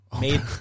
made